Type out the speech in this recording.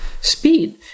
speed